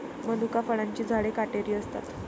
मनुका फळांची झाडे काटेरी असतात